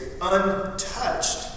untouched